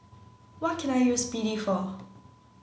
what can I use B D for